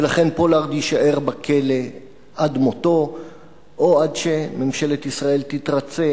ולכן פולארד יישאר בכלא עד מותו או עד שממשלת ישראל תתרצה.